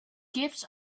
gifts